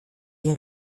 die